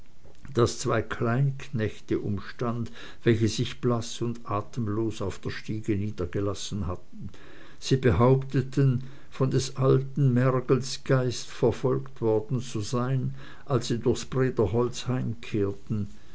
das zwei kleinknechte umstand welche sich blaß und atemlos auf der stiege niedergelassen hatten sie behaupteten von des alten mergels geist verfolgt worden zu sein als sie durchs brederholz heimkehrten